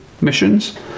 missions